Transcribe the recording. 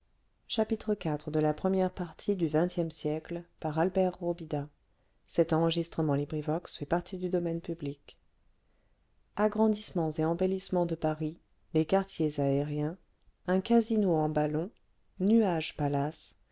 agrandissements et embellissements de parisles quartiers aériens un casino en ballon nuàge pàlace